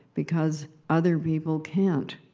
because other people can't.